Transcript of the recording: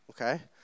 Okay